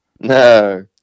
no